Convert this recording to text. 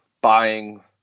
buying